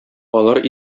алар